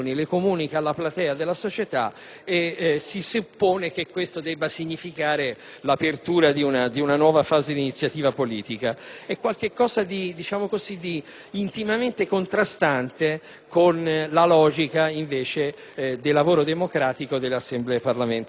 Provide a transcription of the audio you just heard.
alla platea della società e si suppone che questo debba significare l'apertura di una nuova fase di iniziativa politica. È qualcosa di intimamente contrastante con la logica, invece, del lavoro democratico delle Assemblee parlamentari.